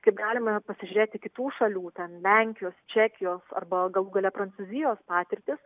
kaip galime pasižiūrėti kitų šalių ten lenkijos čekijos arba galų gale prancūzijos patirtis